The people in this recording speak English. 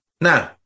Now